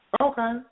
Okay